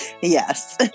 yes